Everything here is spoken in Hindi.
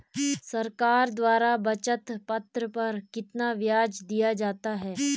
सरकार द्वारा बचत पत्र पर कितना ब्याज दिया जाता है?